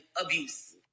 abuse